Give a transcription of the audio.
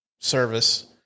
service